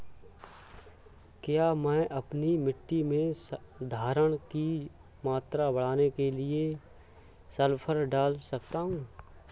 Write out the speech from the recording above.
क्या मैं अपनी मिट्टी में धारण की मात्रा बढ़ाने के लिए सल्फर डाल सकता हूँ?